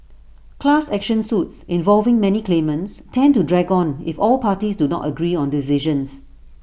class action suits involving many claimants tend to drag on if all parties do not agree on decisions